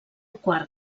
quart